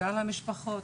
ועל המשפחות.